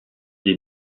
des